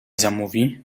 zamówi